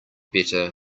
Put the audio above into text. better